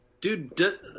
Dude